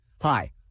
Hi